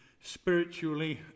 spiritually